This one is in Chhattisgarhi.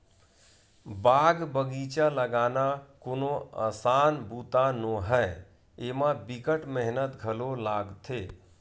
बाग बगिचा लगाना कोनो असान बूता नो हय, एमा बिकट मेहनत घलो लागथे